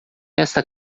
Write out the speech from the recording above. esta